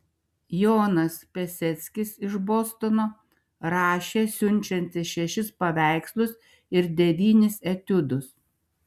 jonas piaseckis iš bostono rašė siunčiantis šešis paveikslus ir devynis etiudus